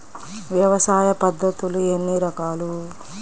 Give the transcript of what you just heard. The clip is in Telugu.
వ్యవసాయ పద్ధతులు ఎన్ని రకాలు?